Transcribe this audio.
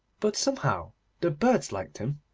but somehow the birds liked him.